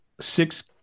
six